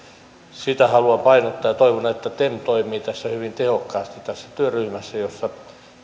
haluan painottaa ja toivon että tem toimii hyvin tehokkaasti tässä työryhmässä jossa